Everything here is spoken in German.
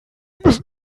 müssen